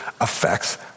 affects